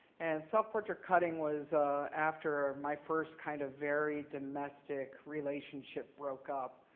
and self-portrait cutting was after my first, kind of, very domestic relationship broke up.